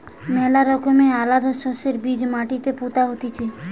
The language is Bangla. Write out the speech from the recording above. ম্যালা রকমের আলাদা শস্যের বীজ মাটিতে পুতা হতিছে